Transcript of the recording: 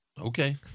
Okay